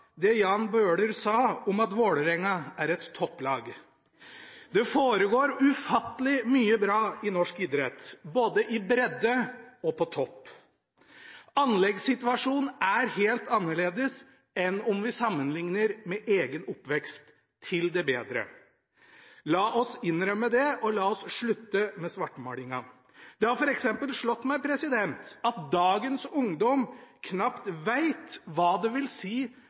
det Jan Bøhler sa, at Vålerenga er et topplag. Det foregår ufattelig mye bra i norsk idrett både i bredde og på topp. Anleggssituasjonen er helt annerledes om vi sammenligner med egen oppvekst – til det bedre. La oss innrømme det, og la oss slutte med svartmalinga. Det har f.eks. slått meg at dagens ungdom knapt veit hva